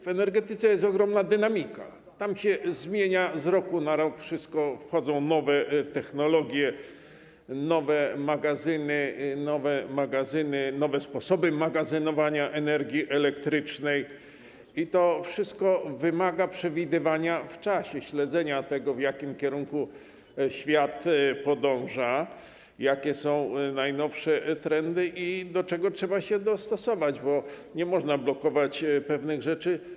W energetyce jest ogromna dynamika, tam się zmienia z roku na rok wszystko, wchodzą nowe technologie, nowe magazyny, nowe sposoby magazynowania energii elektrycznej i to wszystko wymaga przewidywania w czasie, śledzenia tego, w jakim kierunku świat podąża, jakie są najnowsze trendy i do czego trzeba się dostosować, bo nie można blokować pewnych rzeczy.